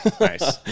Nice